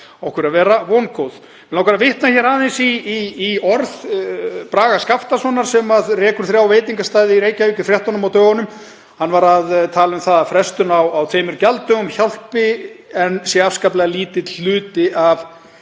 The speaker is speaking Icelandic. okkur að vera vongóð. Mig langar að vitna aðeins í orð Braga Skaftasonar, sem rekur þrjá veitingastaði í Reykjavík, í fréttunum á dögunum. Hann var að tala um að frestun á tveimur gjalddögum hjálpi en sé afskaplega lítill hluti af